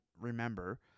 remember